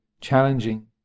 challenging